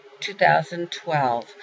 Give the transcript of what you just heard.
2012